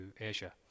Asia